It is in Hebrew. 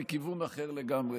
מכיוון אחר לגמרי.